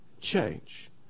change